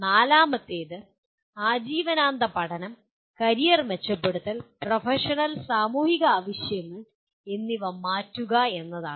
നാലാമത്തേത് ആജീവനാന്ത പഠനം കരിയർ മെച്ചപ്പെടുത്തൽ മാറിക്കൊണ്ടിരിക്കുന്ന പ്രൊഫഷണൽ സാമൂഹിക ആവശ്യങ്ങളോട് അനുരൂപപ്പെടുക എന്നിവയാണ്